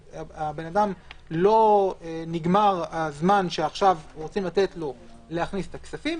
לא נגמר הזמן שרוצים לתת לו להכניס את הכספים,